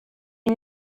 une